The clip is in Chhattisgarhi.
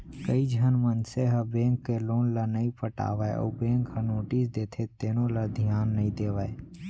कइझन मनसे ह बेंक के लोन ल नइ पटावय अउ बेंक ह नोटिस देथे तेनो ल धियान नइ देवय